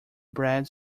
bred